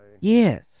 Yes